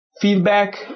Feedback